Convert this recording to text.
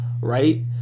right